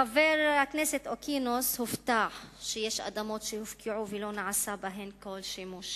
חבר הכנסת אקוניס הופתע שיש אדמות שהופקעו ולא נעשה בהן כל שימוש,